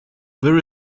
there